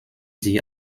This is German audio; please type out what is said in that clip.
sie